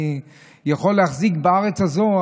אני יכול להחזיק בארץ הזו,